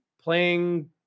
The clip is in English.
playing